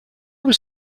was